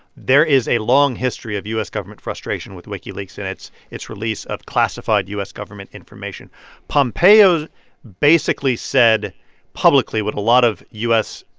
there is a long history of u s. government frustration with wikileaks and its its release of classified u s. government information pompeo basically said publicly what a lot of u s.